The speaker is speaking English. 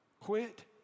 Quit